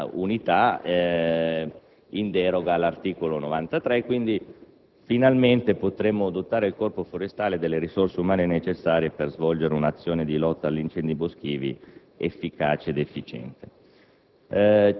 unità in deroga alla normativa vigente; pertanto finalmente potremo dotare il Corpo forestale delle risorse umane necessarie per svolgere un'azione di lotta agli incendi boschivi efficace ed efficiente.